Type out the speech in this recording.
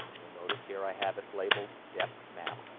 you'll notice here i have it labeled depth map,